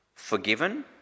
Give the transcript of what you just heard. forgiven